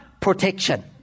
protection